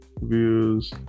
views